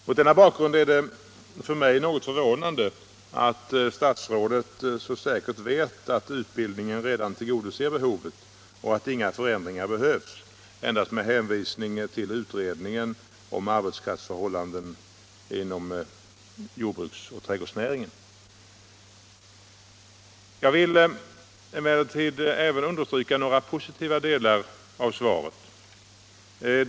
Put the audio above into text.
Mot denna bakgrund är det för mig något förvånande att statsrådet Mogård så säkert vet att utbildningen redan tillgodoser behovet och att inga förändringar behövs, endast med hänvisning till utredningen om arbetskraftsförhållandena inom jordbruksoch trädgårdsnäringen. Jag vill emellertid även understryka några positiva delar av svaret.